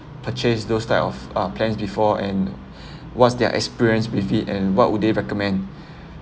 purchase those type of uh plans before and what's their experience with it and what would they recommend